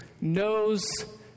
knows